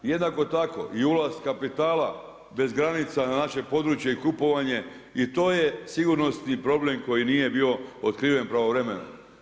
Jednako tako i ulaz kapitala bez granica na naše područje i kupovanje i to je sigurnosni problem koji nije bio otkriven pravovremeno.